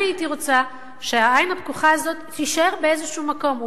אני הייתי רוצה שהעין הפקוחה הזאת תישאר באיזשהו מקום,